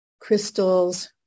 crystals